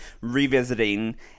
revisiting